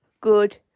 good